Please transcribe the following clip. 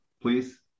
please